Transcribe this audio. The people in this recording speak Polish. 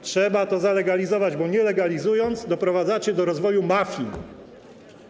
Trzeba to zalegalizować, bo nie legalizując, doprowadzacie do rozwoju mafii.